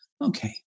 okay